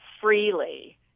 freely